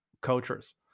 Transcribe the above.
cultures